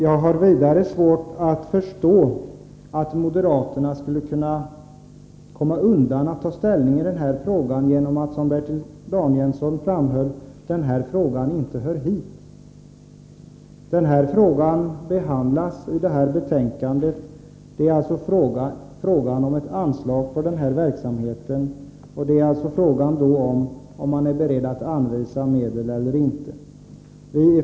Jag har vidare svårt att förstå att moderaterna skulle kunna komma undan från att ta ställning i denna fråga genom att den, som Bertil Danielsson framhöll, inte hör hit. Frågan behandlas i detta betänkande, och det gäller alltså ett anslag för denna verksamhet. Det är fråga om man är beredd att anvisa medel eller inte.